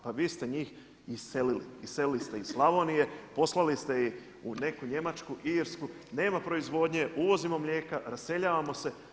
Pa vi ste njih iselili, iselili ste ih Slavonije, poslali ste ih u neku Njemačku, Irsku, nema proizvodnje, uvozimo mlijeka, raseljavamo se.